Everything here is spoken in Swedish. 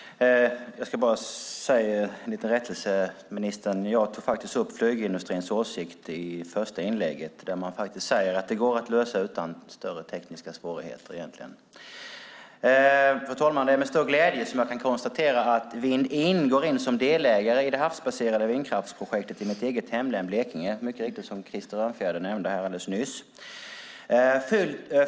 Fru talman! Jag ska börja med att rätta ministern. Jag tog faktiskt upp flygindustrins åsikt i mitt första inlägg. Man säger att det går att lösa utan större tekniska svårigheter. Det är med stor glädje jag konstaterar att Vindin går in som delägare i det havsbaserade vindkraftsprojektet i mitt eget hemlän Blekinge. Det nämnde Krister Örnfjäder alldeles nyss.